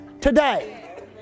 today